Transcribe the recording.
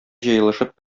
җыелышып